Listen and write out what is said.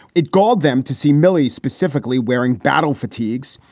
it galled them to see milli's specifically wearing battle fatigues,